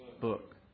book